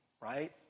right